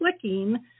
clicking